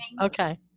okay